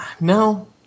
No